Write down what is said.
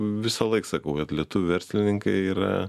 visąlaik sakau kad lietuvių verslininkai yra